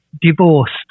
divorced